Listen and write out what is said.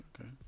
okay